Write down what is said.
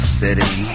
city